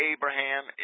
Abraham